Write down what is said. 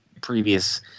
previous